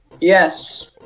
Yes